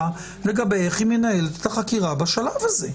לגבי השאלה איך היא מנהלת את החקירה בשלב הזה.